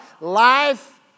Life